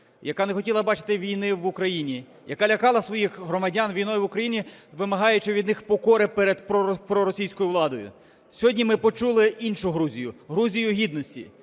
яка не хотіла бачити війни в Україні, яка лякала своїх громадян війною в Україні, вимагаючи від них покори перед проросійською владою. Сьогодні ми почули іншу Грузію – Грузію гідності.